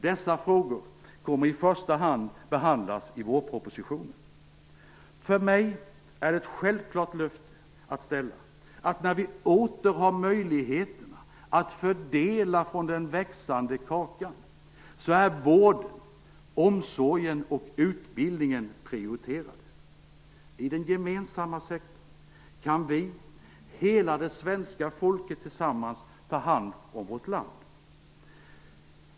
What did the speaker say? Dessa frågor kommer i första hand att behandlas i vårpropositionen. För mig är det ett självklart löfte att ställa att när vi åter har möjligheterna att fördela från den växande kakan är vården, omsorgen och utbildningen prioriterade. I den gemensamma sektorn kan vi - hela det svenska folket - tillsammans ta hand om vårt land.